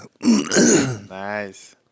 Nice